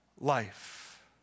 life